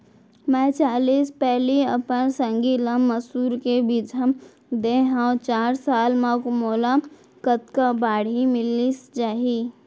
मैं चालीस पैली अपन संगी ल मसूर के बीजहा दे हव चार साल म मोला कतका बाड़ही मिलिस जाही?